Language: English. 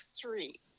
three